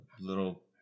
little